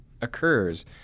occurs